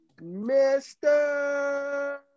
Mr